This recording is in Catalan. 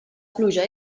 pluja